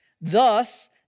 Thus